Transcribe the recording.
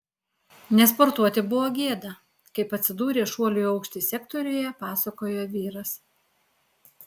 nesportuoti buvo gėda kaip atsidūrė šuolių į aukštį sektoriuje pasakoja vyras